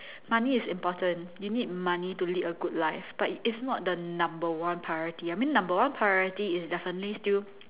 money is important you need money to lead a good life but it's not the number one priority I mean number one priority is definitely still